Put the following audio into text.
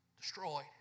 Destroyed